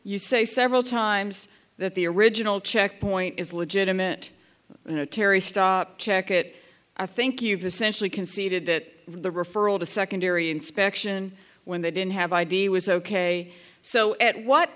you say several times that the original checkpoint is legitimate in a terry stop check it i think you've essentially conceded that the referral to secondary inspection when they didn't have id was ok so at what